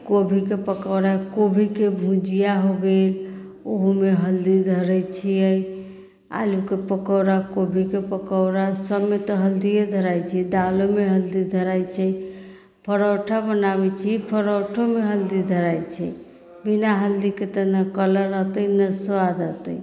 कोबीके पकौड़ा कोबीके भुजिआ हो गेल ओहुमे हल्दी धरैत छियै आलूके पकौड़ा कोबीके पकौड़ा सबमे तऽ हल्दीए धराइत छै दालोमे हल्दी धराइत छै परौठा बनाबैत छी परौठोमे हल्दी धराइत छै बिना हल्दीके तऽ नहि कलर अतै नहि स्वाद अतै